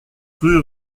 rue